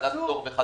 בוועדת פטור וכדומה.